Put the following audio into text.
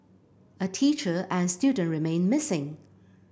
a teacher and student remain missing